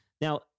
Now